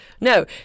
No